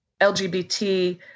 LGBT